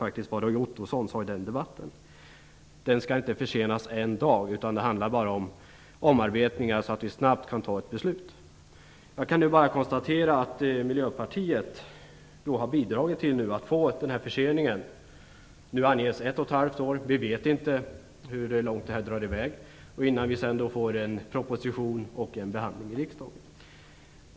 Roy Ottosson sade i debatten att den inte fick försenas en dag, utan det handlar bara om omarbetningar så att det snabbt kan fattas ett beslut. Jag konstaterar att Miljöpartiet har bidragit till förseningen. Man anger nu ett och ett halvt år. Vi vet inte hur långt ärendet drar ut på tiden innan vi får en proposition och en behandling i riksdagen.